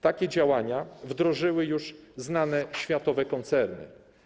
Takie działania wdrożyły już znane światowe koncerny.